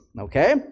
okay